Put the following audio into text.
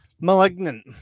Malignant